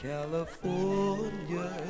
California